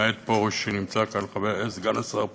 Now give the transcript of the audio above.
למעט סגן השר פרוש,